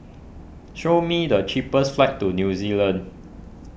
show me the cheapest flights to New Zealand